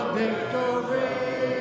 victory